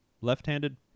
left-handed